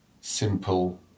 simple